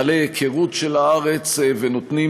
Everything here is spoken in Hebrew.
בעלי היכרות של הארץ, והם נותנים